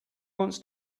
wants